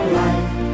life